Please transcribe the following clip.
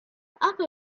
after